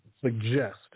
suggest –